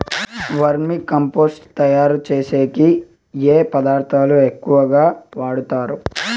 వర్మి compost తయారుచేసేకి ఏ పదార్థాలు ఎక్కువగా వాడుతారు